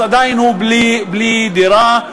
עדיין הוא בלי דירה,